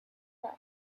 bug